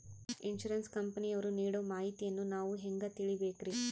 Insurance ಕಂಪನಿಯವರು ನೀಡೋ ಮಾಹಿತಿಯನ್ನು ನಾವು ಹೆಂಗಾ ತಿಳಿಬೇಕ್ರಿ?